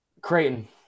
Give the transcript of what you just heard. Creighton